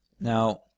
Now